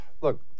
look